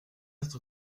notre